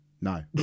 No